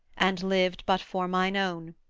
and lived but for mine own.